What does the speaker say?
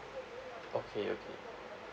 okay okay